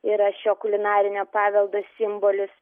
yra šio kulinarinio paveldo simbolis